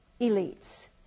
elites